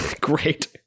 Great